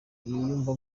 yiyumva